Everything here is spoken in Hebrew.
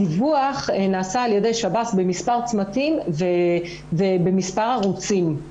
הדיווח נעשה על ידי שב"ס במספר צמתים ובמספר ערוצים.